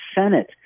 Senate